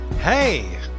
Hey